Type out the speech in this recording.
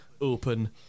open